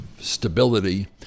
stability